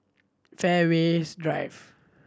Fairways Drive